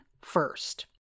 first